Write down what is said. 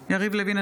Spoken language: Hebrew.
בהצבעה יריב לוין,